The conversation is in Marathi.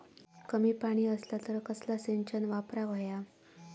कमी पाणी असला तर कसला सिंचन वापराक होया?